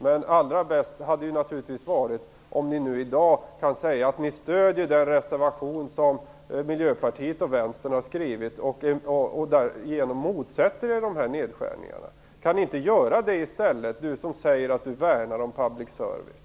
Men allra bäst skulle det vara om ni i dag stöder den reservation som Miljöpartiet och Vänstern har skrivit och som motsätter sig dessa nedskärningar. Kan inte Carl-Johan Wilson göra det, som säger sig värna om public service?